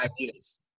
ideas